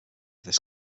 this